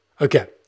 Okay